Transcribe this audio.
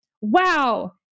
Wow